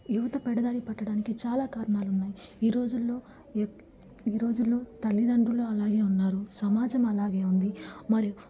యువత పెడదారి పట్టడానికి చాలా కారణాలు ఉన్నాయి ఈరోజుల్లో ఈ యొక్ ఈ రోజుల్లో తల్లిదండ్రులు అలాగే ఉన్నారు సమాజం అలాగే ఉంది మరియు